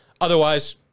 Otherwise